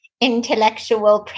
Intellectual